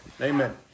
amen